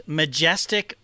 majestic